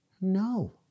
No